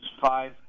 five